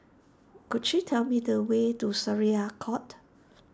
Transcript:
could you tell me the way to Syariah Court